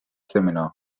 seminars